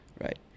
Right